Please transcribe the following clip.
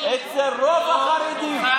אצל רוב החרדים.